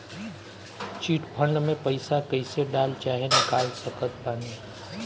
Chit fund मे पईसा कईसे डाल चाहे निकाल सकत बानी?